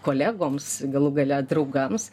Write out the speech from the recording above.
kolegoms galų gale draugams